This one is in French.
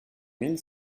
mille